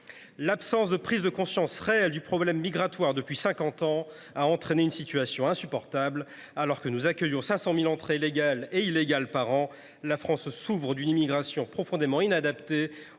L’absence de prise de conscience réelle du problème migratoire, depuis cinquante ans, a entraîné une situation insupportable. Alors que nous constatons 500 000 entrées légales et illégales par an, la France souffre d’une immigration profondément inadaptée